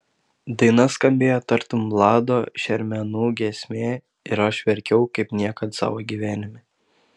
daina skambėjo tartum vlado šermenų giesmė ir aš verkiau kaip niekad savo gyvenime